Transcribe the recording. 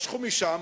משכו משם,